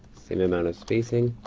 same amount of spacing,